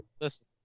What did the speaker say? Listen